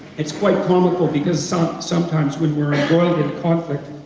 it's quite um because so sometimes when we're embroiled in conflict,